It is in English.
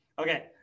Okay